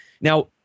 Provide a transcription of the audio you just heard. Now